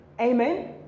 Amen